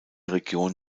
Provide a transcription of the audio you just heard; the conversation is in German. region